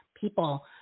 people